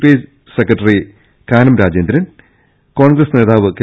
I secretary Kanam Rajendran Congress നേതാവ് K